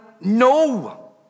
no